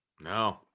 No